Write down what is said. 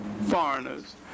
foreigners